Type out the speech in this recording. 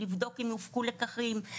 לבדוק אם הופקו לקחים,